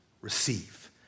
receive